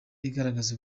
igaragaza